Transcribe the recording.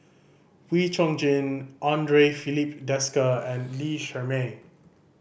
Wee Chong Jin Andre Filipe Desker and Lee Shermay